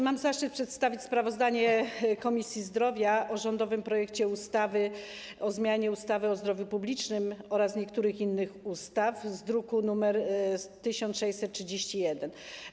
Mam zaszczyt przedstawić sprawozdanie Komisji Zdrowia o rządowym projekcie ustawy o zmianie ustawy o zdrowiu publicznym oraz niektórych innych ustaw z druku nr 1631.